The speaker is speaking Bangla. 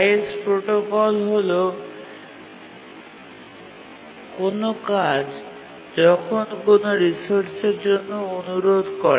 হাইয়েস্ট প্রোটোকল হল কোনও কাজ যখন কোনও রিসোর্সের জন্য অনুরোধ করে